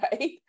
right